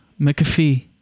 McAfee